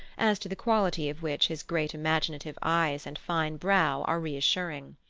as to the quality of which his great imaginative eyes and fine brow are reassuring.